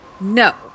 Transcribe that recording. no